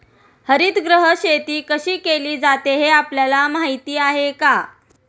हरितगृह शेती कशी केली जाते हे आपल्याला माहीत आहे का?